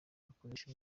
ngakoresha